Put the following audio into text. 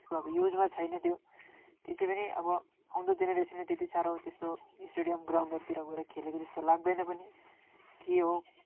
त्यसको अब युजमा छैन त्यो त्यसै पनि अब आउँदो जेनेरेसनले त्यति साह्रो त्यस्तो स्टेडियम ग्राउन्डहरूतिर गएर खेलेको जस्तो लाग्दैन पनि के हो